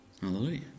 Hallelujah